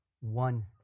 one